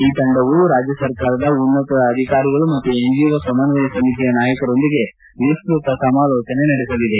ಈ ತಂಡವು ರಾಜ್ಯ ಸರ್ಕಾರದ ಉನ್ನತ ಅಧಿಕಾರಿಗಳು ಮತ್ತು ಎನ್ಜಿಒ ಸಮನ್ವಯ ಸಮಿತಿಯ ನಾಯಕರೊಂದಿಗೆ ವಿಸ್ತ್ರತ ಸಮಾಲೋಚನೆ ನಡೆಸಲಿದೆ